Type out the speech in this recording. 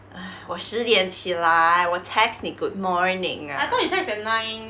!aiya! 我十点起来我 text 你 good morning ah